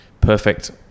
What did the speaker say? perfect